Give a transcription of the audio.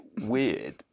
weird